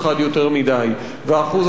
וה-1% הזה יהיה על לחם,